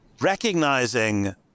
recognizing